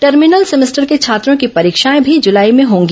terminal semester के छात्रों की परीक्षाए भी जुलाई में होंगी